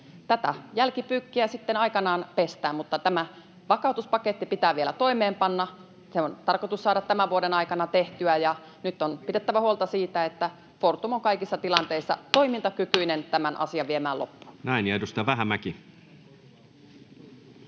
Tätä jälkipyykkiä sitten aikanaan pestään, mutta tämä vakautuspaketti pitää vielä toimeenpanna. Se on tarkoitus saada tämän vuoden aikana tehtyä. Nyt on pidettävä huolta siitä, että Fortum on kaikissa tilanteissa toimintakykyinen tämän asian viemään loppuun. [Speech